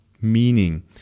meaning